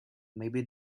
maybe